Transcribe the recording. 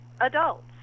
adults